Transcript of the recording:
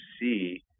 see